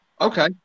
okay